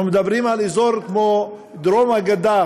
אנחנו מדברים על אזור כמו דרום הגדה,